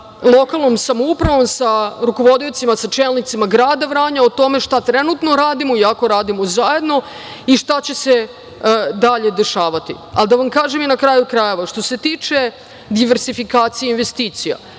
sa lokalnom samoupravom, sa rukovodiocima, sa čelnicima grada Vranja o tome šta trenutno radimo, iako radimo zajedno, i šta će se dalje dešavati. Da vam kažem, na kraju krajeva, što se tiče diverzifikacije investicija,